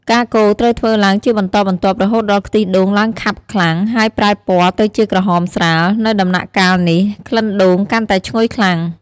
ការកូរត្រូវធ្វើឡើងជាបន្តបន្ទាប់រហូតដល់ខ្ទិះដូងឡើងខាប់ខ្លាំង ហើយប្រែពណ៌ទៅជាក្រហមស្រាល នៅដំណាក់កាលនេះ ក្លិនដូងកាន់តែឈ្ងុយខ្លាំង។